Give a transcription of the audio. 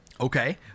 okay